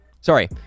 Sorry